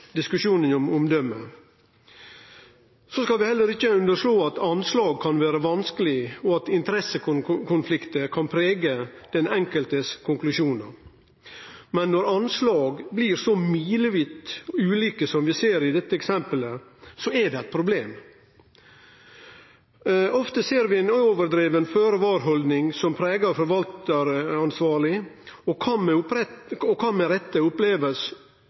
diskusjonen om omdøme. Så skal vi heller ikkje underslå at anslag kan vere vanskeleg, og at interessekonfliktar kan prege konklusjonane til den enkelte. Men når anslag blir så milevidt ulike som vi ser i dette eksempelet, er det eit problem. Ofte ser vi ei overdriven føre var-haldning som pregar forvaltaransvarleg, og som næringa med rette